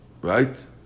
Right